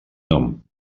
nom